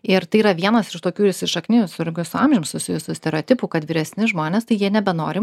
ir tai yra vienas iš tokių įsišaknijusių irgi su amžium susijusių stereotipų kad vyresni žmonės tai jie nebenori